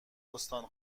استان